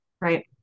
right